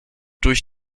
durch